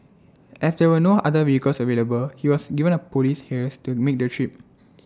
as there were no other vehicles available he was given A Police hearse to make the trip